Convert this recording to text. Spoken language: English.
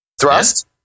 Thrust